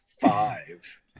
five